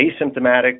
asymptomatic